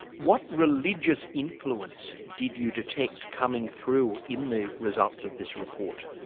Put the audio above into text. what religious influence did you detect coming through in the results of this report?